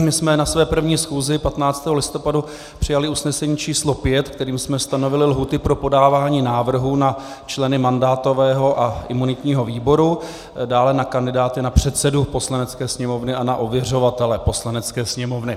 My jsme na své první schůzi 15. listopadu přijali usnesení číslo 5, kterým jsme stanovili lhůty pro podávání návrhů na členy mandátového a imunitního výboru, dále na kandidáty na předsedu Poslanecké sněmovny a na ověřovatele Poslanecké sněmovny.